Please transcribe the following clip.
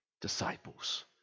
disciples